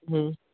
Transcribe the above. ਹੁੰ